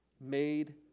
made